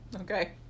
Okay